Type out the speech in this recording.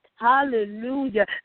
Hallelujah